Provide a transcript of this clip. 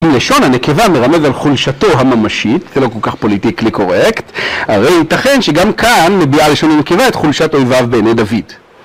אם לשון הנקבה מרמז על חולשתו הממשית, זה לא כל כך פוליטיקלי קורקט, הרי ייתכן שגם כאן מביעה לשון הנקבה את חולשת אויביו בעיני דוד.